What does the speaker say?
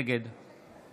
נגד